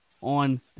on